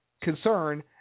concern